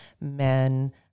men